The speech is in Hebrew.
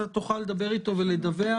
אתה תוכל לדבר אתו ולדווח.